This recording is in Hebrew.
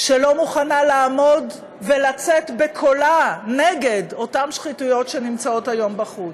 שלא מוכנה לעמוד ולצאת בקולה נגד אותן שחיתויות שנמצאות היום בחוץ,